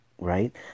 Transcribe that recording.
Right